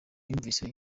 yumvise